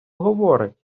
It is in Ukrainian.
говорить